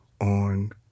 on